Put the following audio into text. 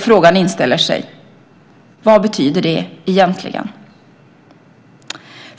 Frågan inställer sig: Vad betyder det egentligen?